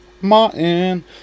martin